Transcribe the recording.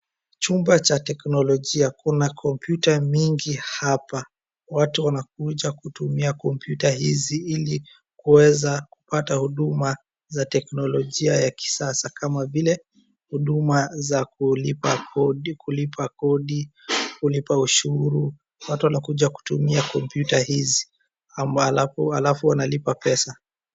Chumba cha teknolojia, kuna kompyuta mingi hapa. Watu wanakuja kutumia kompyuta hizi ili kuweza kupata huduma za teknolojia ya kisasa kama vile huduma za kulipa kodi, kulipa kodi, kulipa ushuru. Watu wanakuja kutumia kompyuta hizi alafu wanalipa pesa.